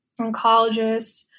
oncologists